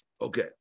Okay